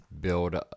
build